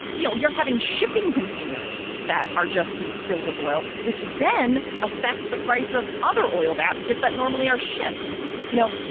we know you're having shipping containers that are just being filled with oil, which then affects the price of other oil baskets that normally are shipped you know,